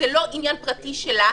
זה לא עניין פרטי שלה,